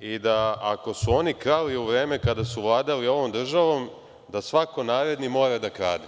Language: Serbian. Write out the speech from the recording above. i da ako su oni krali u vreme kada su vladali ovom državom da svako naredni mora da krade.